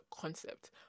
concept